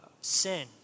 sin